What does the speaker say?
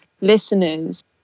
listeners